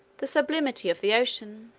the sublimity of the ocean.